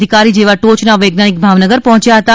અધિકારી જેવા ટોયના વૈજ્ઞાનિક ભાવનગર પહોંચ્યા હતા